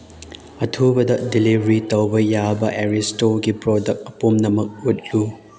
ꯑꯊꯨꯕꯗ ꯗꯤꯂꯤꯚ꯭ꯔꯤ ꯇꯧꯕ ꯌꯥꯕ ꯑꯦꯔꯤꯁꯇꯣꯒꯤ ꯄ꯭ꯔꯣꯗꯛ ꯄꯨꯝꯅꯃꯛ ꯎꯠꯂꯨ